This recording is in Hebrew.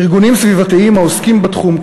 ארגונים סביבתיים העוסקים בתחום,